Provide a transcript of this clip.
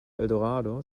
eldorado